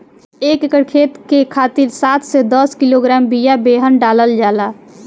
एक एकर खेत के खातिर सात से दस किलोग्राम बिया बेहन डालल जाला?